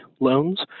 loans